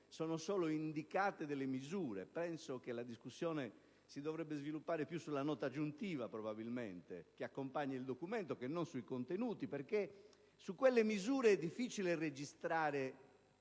sono solo indicate delle misure. A mio avviso, la discussione dovrebbe incentrarsi più sulla nota aggiuntiva che accompagna il documento che non sui contenuti, perché su quelle misure è difficile registrare